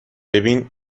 ببین